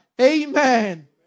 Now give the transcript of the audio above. Amen